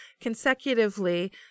consecutively